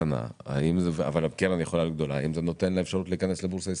האם זה נותן לה אפשרות להיכנס לבורסה הישראלית?